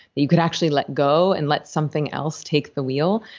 that you could actually let go and let something else take the wheel,